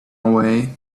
way